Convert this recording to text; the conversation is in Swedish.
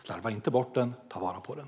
Slarva inte bort den, utan ta vara på den.